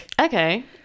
Okay